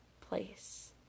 place